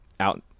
out